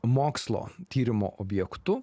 mokslo tyrimo objektu